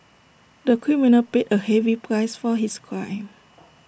the criminal paid A heavy price for his crime